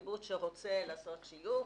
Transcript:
קיבוץ שרוצה לעשות שיוך,